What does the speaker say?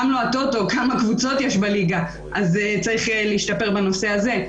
גם לא הטוטו כמה קבוצות יש בליגה אז צריך להשתפר בנושא הזה.